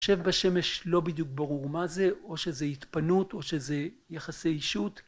יושב בשמש לא בדיוק ברור מה זה, או שזה התפנות, או שזה יחסי אישות.